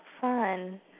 fun